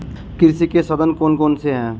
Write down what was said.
कृषि के साधन कौन कौन से हैं?